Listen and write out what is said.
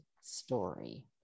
story